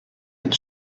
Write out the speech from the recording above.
and